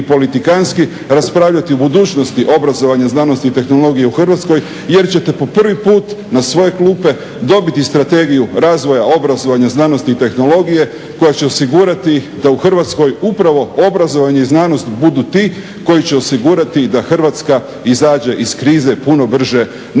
ili politikantski raspravljati o budućnosti obrazovanja, znanosti i tehnologije u Hrvatskoj jer ćete po prvi put na svoje klupe dobiti Strategiju razvoja obrazovanja, znanosti i tehnologije koja će osigurati da u Hrvatskoj upravo obrazovanje i znanost budu ti koji će osigurati da Hrvatska izađe iz krize puno brže nego što